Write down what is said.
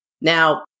Now